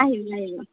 আহিব আহিব